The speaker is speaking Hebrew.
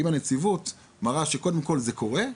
עם הנציבות מראה קודם כל שזה קורה.